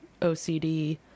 OCD